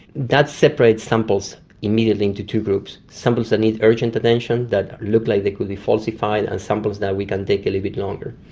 that separates samples immediately into two groups samples that need urgent attention that look like they could be falsified, and samples that we can take a little bit longer.